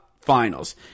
finals